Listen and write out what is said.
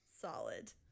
Solid